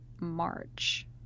March